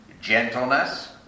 gentleness